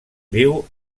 viu